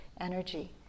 energy